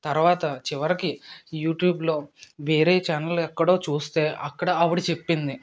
తరువాత చివరికి యూట్యూబ్లో వేరే ఛానల్ ఎక్కడో చూస్తే అక్కడ ఆవిడ చెప్పింది